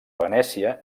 venècia